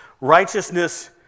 Righteousness